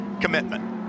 commitment